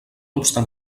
obstant